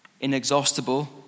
inexhaustible